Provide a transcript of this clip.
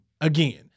Again